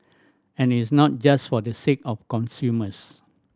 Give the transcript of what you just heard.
and it is not just for the sake of consumers